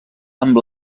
amb